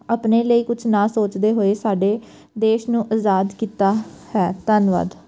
ਆਪਣੇ ਲਈ ਕੁਝ ਨਾ ਸੋਚਦੇ ਹੋਏ ਸਾਡੇ ਦੇਸ਼ ਨੂੰ ਆਜ਼ਾਦ ਕੀਤਾ ਹੈ ਧੰਨਵਾਦ